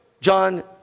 John